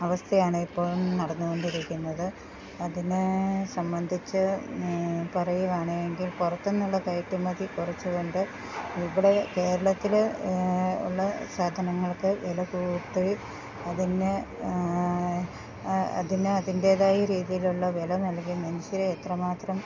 അവസ്ഥയാണ് ഇപ്പോൾ നടന്നു കൊണ്ടിരിക്കുന്നത് അതിനെ സംബന്ധിച്ച് പറയുവാണ് എങ്കിൽ പുറത്തെന്ന് ഉള്ള കയറ്റുമതി കുറച്ച് കൊണ്ട് ഇവിടെ കേരളത്തിൽ ഉള്ള സാധനങ്ങൾക്ക് വില കൂട്ടൽ അതിന്ന് അതിന് അതിന്റെതായ രീതിയിലുള്ള വില നൽകി മനുഷ്യരെ എത്ര മാത്രം